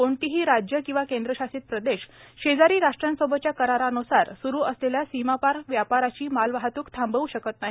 कोणतीही राज्येकेंद्रशासित प्रदेश शेजारी राष्ट्रांसोबतच्या करारान्सार सूरु असलेल्या सीमापार व्यापाराची मालवाहतूक थांबव् शकत नाही